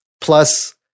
plus